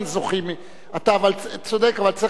אתה צודק, אבל צריך להפנות את זה לנצרך.